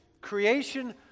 Creation